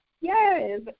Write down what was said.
Yes